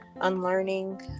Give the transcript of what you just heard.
unlearning